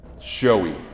showy